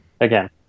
again